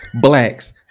Blacks